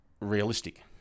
realistic